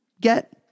get